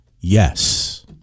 yes